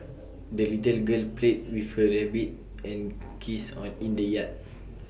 the little girl played with her rabbit and geese on in the yard